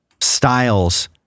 styles